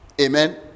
amen